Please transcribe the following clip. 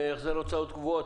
החזר הוצאות קבועות.